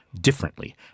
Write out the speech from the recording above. differently